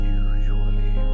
usually